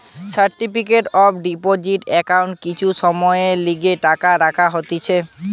certificate of deposit একাউন্টে কিছু সময়ের লিগে টাকা রাখা হতিছে